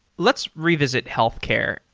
let's revisit healthcare.